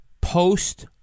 post